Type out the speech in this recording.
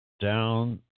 down